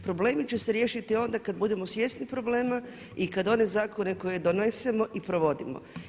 Problemi će se riješiti onda kada budemo svjesni problema i kada one zakone koje donesemo i provodimo.